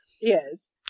Yes